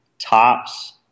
tops